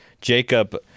Jacob